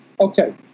Okay